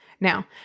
Now